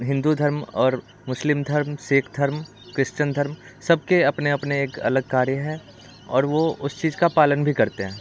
हिंदू धर्म और मुस्लिम धर्म सिख धर्म क्रिश्चन धर्म सबसे अपने अपने एक अलग कार्य हैं और वो उस चीज का पालन भी करते हैं